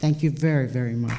thank you very very much